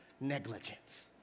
negligence